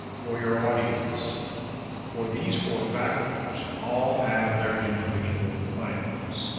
for your audience for these four factors all have their individual claims.